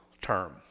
term